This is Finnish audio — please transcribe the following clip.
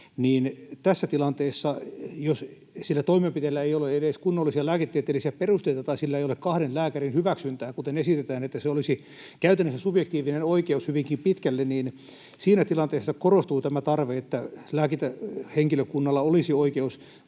niin siinä tilanteessa, jos sillä toimenpiteellä ei ole edes kunnollisia lääketieteellisiä perusteita tai sillä ei ole kahden lääkärin hyväksyntää — kuten esitetään, että se olisi käytännössä subjektiivinen oikeus hyvinkin pitkälle — korostuu tämä tarve, että lääkintähenkilökunnalla olisi oikeus